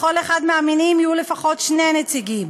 לכל אחד מהמינים יהיו לפחות שני נציגים,